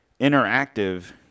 interactive